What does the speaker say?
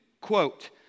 quote